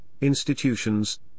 institutions